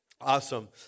Awesome